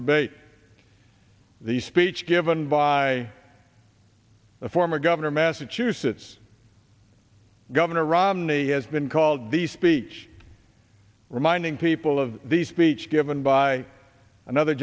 debate the speech given by the former governor of massachusetts governor romney has been called the speech reminding people of the speech given by another